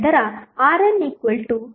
ನಂತರ RNvtest1A0